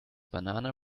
banana